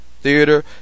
Theater